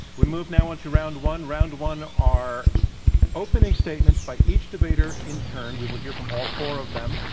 we move now into round one. round round one are opening statements by each debater in turn. we will hear from all four of them.